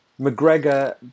McGregor